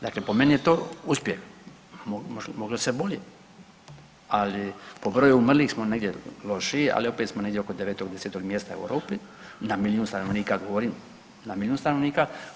Dakle, po meni je to uspjeh, moglo se bolje, ali po broju umrlih smo negdje lošiji ali opet smo negdje oko 9, 10 mjesta u Europi na milijun stanovnika govorim, na milijun stanovnika.